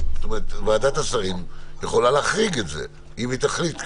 ועדת השרים יכולה להחריג את זה אם היא תחליט ככה.